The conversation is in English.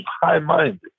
high-minded